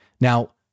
Now